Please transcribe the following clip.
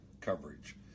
coverage